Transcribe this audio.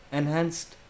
enhanced